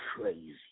crazy